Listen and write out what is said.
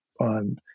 on